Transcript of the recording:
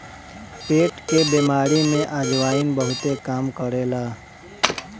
पेट के बेमारी में अजवाईन बहुते काम करेला